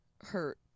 hurt